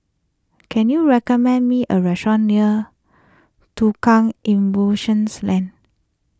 can you recommend me a restaurant near Tukang Lane